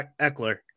Eckler